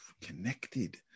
connected